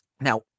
Now